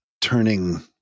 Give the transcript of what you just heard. turning